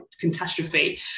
catastrophe